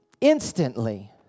instantly